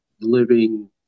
living